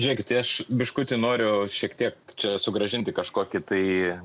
žėkit tai aš biškutį noriu šiek tiek čia sugrąžinti kažkokį tai